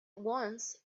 once